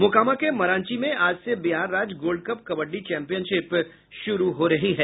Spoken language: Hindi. मोकामा के मरांची में आज से बिहार राज्य गोल्ड कप कबड्डी चैम्पियनशिप शुरू हो रही है